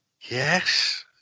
Yes